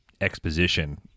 exposition